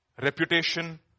reputation